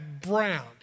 brown